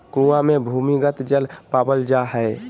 कुआँ मे भूमिगत जल पावल जा हय